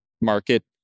market